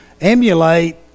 emulate